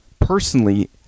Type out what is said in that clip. personally